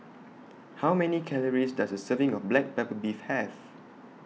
How Many Calories Does A Serving of Black Pepper Beef Have